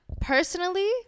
personally